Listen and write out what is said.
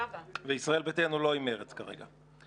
וישראל ביתנו לא עם מרצ כרגע.